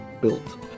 built